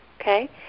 okay